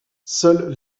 seuls